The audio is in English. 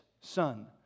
son